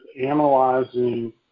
analyzing